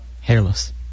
Hairless